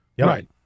Right